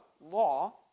law